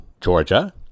Georgia